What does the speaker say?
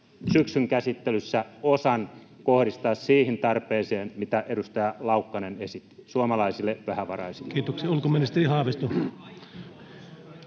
syksyn käsittelyssä osan kohdistaa siihen tarpeeseen, mitä edustaja Laukkanen esitti suomalaisille vähävaraisille?